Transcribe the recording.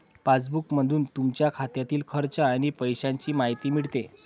पासबुकमधून तुमच्या खात्यातील खर्च आणि पैशांची माहिती मिळते